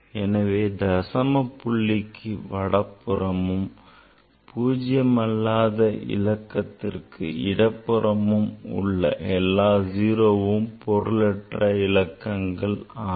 எனவே தசம புள்ளிக்கு வடபுறமும் பூஜ்ஜியம் அல்லாத இலக்கத்திற்கு இடப்புறமும் உள்ள எல்லா 0வும் பொருளற்ற இலக்கங்களாகும்